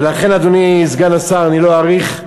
ולכן, אדוני סגן השר, אני לא אאריך,